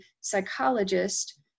psychologist